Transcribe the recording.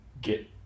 get